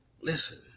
Listen